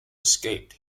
escaped